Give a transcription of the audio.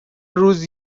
روز